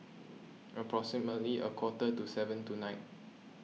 approximately a quarter to seven tonight